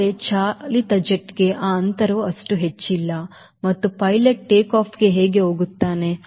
ಆದರೆ ಚಾಲಿತ ಜೆಟ್ಗೆ ಆ ಅಂತರವು ಅಷ್ಟು ಹೆಚ್ಚಿಲ್ಲ ಮತ್ತು ಪೈಲಟ್ ಟೇಕ್ಆಫ್ಗೆ ಹೇಗೆ ಹೋಗುತ್ತಾನೆ